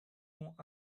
ont